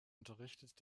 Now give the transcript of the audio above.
unterrichtet